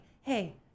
hey